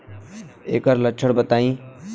एकर लक्षण बताई?